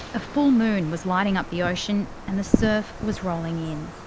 a full moon was lighting up the ocean and the surf was rolling in.